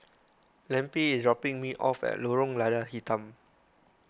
Lempi is dropping me off at Lorong Lada Hitam